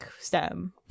STEM